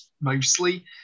mostly